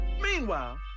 meanwhile